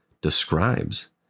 describes